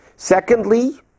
Secondly